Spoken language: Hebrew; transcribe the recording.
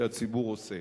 שהציבור עושה.